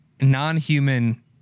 non-human